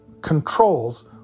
controls